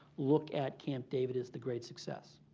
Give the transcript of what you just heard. look at camp david as the great success.